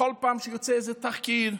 בכל פעם שיוצא איזה תחקיר רדוד,